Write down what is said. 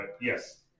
yes